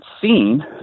seen